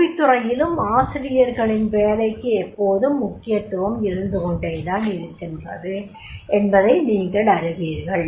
கல்வித் துறையிலும் ஆசிரியர்களின் வேலைக்கு எப்போதும் முக்கியத்துவம் இருந்துகொண்டே தான் இருக்கிறது என்பதை நீங்கள் அறிவீர்கள்